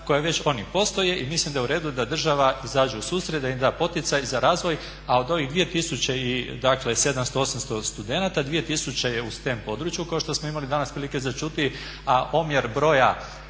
koje već oni postoje i mislim da je u redu da država izađe u susret, da im da poticaj za razvoj, a od ovih 2700-2800 studenata, 2000 je u stan području kao što smo imali danas prilike za čuti, a omjer broja